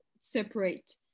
separate